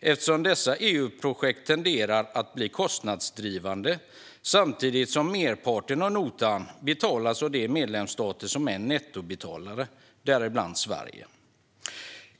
eftersom dessa EU-projekt tenderar att bli kostnadsdrivande samtidigt som merparten av notan betalas av de medlemsstater som är nettobetalare, däribland Sverige.